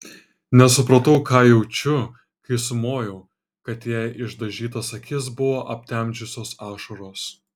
nesupratau ką jaučiu kai sumojau kad jai išdažytas akis buvo aptemdžiusios ašaros